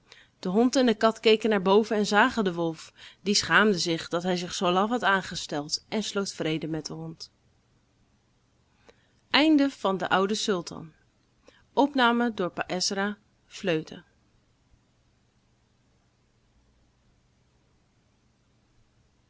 de hond en de kat keken naar boven en zagen den wolf die schaamde zich dat hij zich zoo laf had aangesteld en sloot vrede met den hond